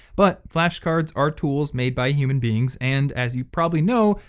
but flashcards are tools made by human beings and as you probably know,